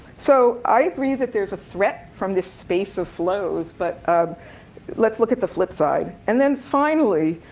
so i agree that there's a threat from this space of flows, but let's look at the flip side. and then finally,